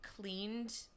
cleaned